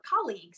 colleagues